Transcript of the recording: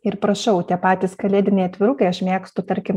ir prašau tie patys kalėdiniai atvirukai aš mėgstu tarkim